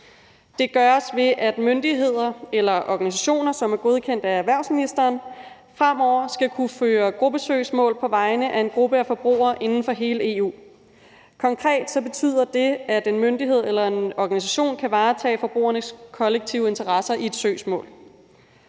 Det gøres, ved at myndigheder eller organisationer, som er godkendt af erhvervsministeren, fremover skal kunne føre gruppesøgsmål på vegne af en gruppe af forbrugere inden for hele EU. Konkret betyder det, at en myndighed eller en organisation kan varetage forbrugernes kollektive interesser i et søgsmål.